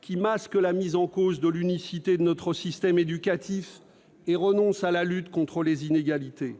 qui masquent la mise en cause de l'unicité de notre système éducatif. Ce faisant, vous renoncez à la lutte contre les inégalités.